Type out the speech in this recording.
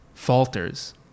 falters